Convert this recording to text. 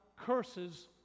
curses